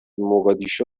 موگادیشو